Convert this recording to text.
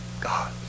God